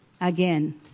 again